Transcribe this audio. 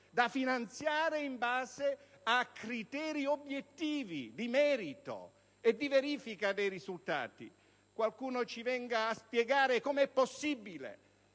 da finanziare in base a criteri obiettivi di merito e di verifica dei risultati. Qualcuno ci venga a spiegare com'è possibile